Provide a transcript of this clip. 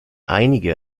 einige